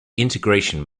integration